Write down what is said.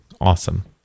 Awesome